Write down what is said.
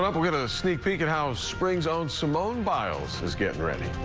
um up, we'll get a a sneak peek at how spring's own simone biles is getting ready.